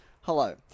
hello